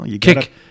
kick